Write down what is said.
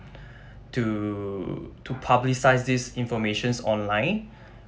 to to publicise this information online